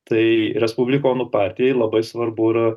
tai respublikonų partijai labai svarbu yra